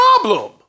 problem